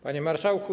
Panie Marszałku!